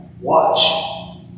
Watch